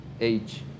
age